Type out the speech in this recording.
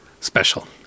special